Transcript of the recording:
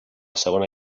segona